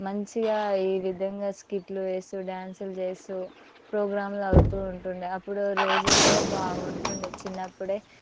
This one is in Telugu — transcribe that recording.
మంచిగా ఈ విధంగా స్కిట్లు వేస్తూ డ్యాన్సులు చేస్తూ ప్రోగ్రాములు అవుతూ ఉంటుండే అప్పుడు రోజులో బాగుంటుండే చిన్నప్పుడే